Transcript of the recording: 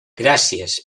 gràcies